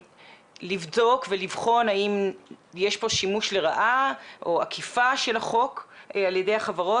לבדוק ולבחון האם יש פה שימוש לרעה או עקיפה של החוק על ידי החברות